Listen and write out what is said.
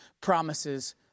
promises